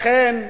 לכן,